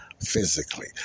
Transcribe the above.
physically